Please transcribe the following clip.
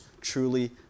truly